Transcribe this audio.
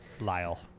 Lyle